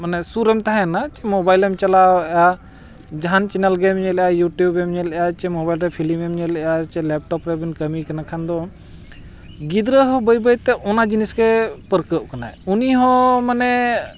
ᱢᱟᱱᱮ ᱥᱩᱨᱨᱮᱢ ᱛᱟᱦᱮᱱᱟ ᱡᱮ ᱢᱳᱵᱟᱭᱤᱞᱮᱢ ᱪᱟᱞᱟᱣᱮᱜᱼᱟ ᱡᱟᱦᱟᱱ ᱪᱮᱱᱮᱞ ᱜᱮᱢ ᱧᱮᱞᱮᱜᱼᱟ ᱤᱭᱩᱴᱤᱭᱩᱵᱽ ᱮᱢ ᱧᱮᱞᱮᱜᱼᱟ ᱥᱮ ᱢᱳᱵᱟᱭᱤᱞ ᱨᱮ ᱯᱷᱤᱞᱢ ᱮᱢ ᱧᱮᱞᱮᱜᱼᱟ ᱥᱮ ᱞᱮᱯᱴᱚᱯ ᱨᱮᱵᱮᱱ ᱠᱟᱹᱢᱤ ᱠᱟᱱᱟ ᱠᱷᱟᱱ ᱫᱚ ᱜᱤᱫᱽᱨᱟᱹ ᱦᱚᱸ ᱵᱟᱹᱭ ᱵᱟᱹᱭ ᱛᱮ ᱚᱱᱟ ᱡᱤᱱᱤᱥ ᱜᱮ ᱯᱟᱹᱨᱠᱟᱹᱜ ᱠᱟᱱᱟᱭ ᱩᱱᱤ ᱦᱚᱸ ᱢᱟᱱᱮ